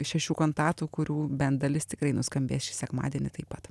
šešių kantatų kurių bent dalis tikrai nuskambės šį sekmadienį taip pat